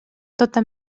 tota